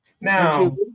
Now